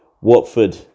Watford